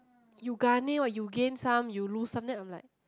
you gane and you gain some you lose some that will like